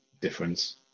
difference